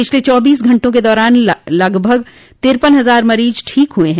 पिछले चौबीस घंटों के दौरान लगभग तिरपन हजार मरीज ठीक हुए हैं